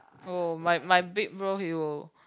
oh my my big bro he will